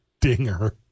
dinger